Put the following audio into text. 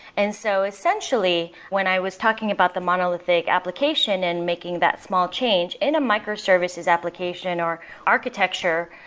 and so essentially, when i was talking about the monolithic application and making that small change in a microservices application or architecture,